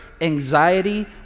anxiety